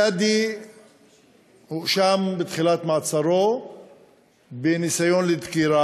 שאדי הואשם בתחילת מעצרו בניסיון דקירה,